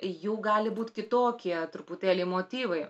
jų gali būt kitokie truputėlį motyvai